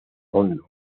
hondo